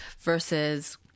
versus